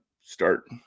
start